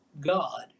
god